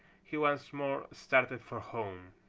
he once more started for home.